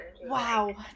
Wow